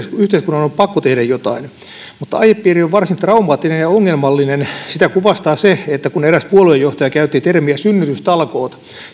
on pakko tehdä jotain mutta aihepiiri on varsin traumaattinen ja ongelmallinen sitä kuvastaa se että kun eräs puoluejohtaja käytti termiä synnytystalkoot